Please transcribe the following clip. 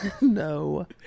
No